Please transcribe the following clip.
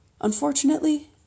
Unfortunately